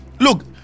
Look